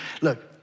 look